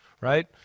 right